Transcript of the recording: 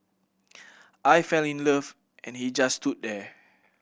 I fell in love and he just stood there